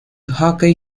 jockey